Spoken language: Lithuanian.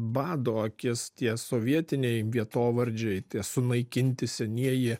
bado akis tie sovietiniai vietovardžiai tie sunaikinti senieji